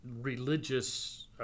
religious